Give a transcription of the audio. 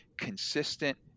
consistent